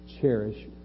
cherish